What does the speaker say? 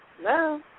Hello